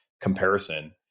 comparison